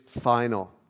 final